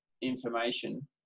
information